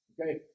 Okay